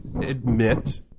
admit